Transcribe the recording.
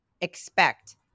expect